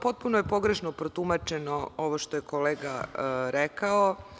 Potpuno je pogrešno protumačeno ovo što je kolega rekao.